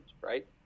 right